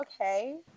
okay